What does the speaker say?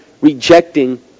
rejecting